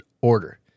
order